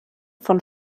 von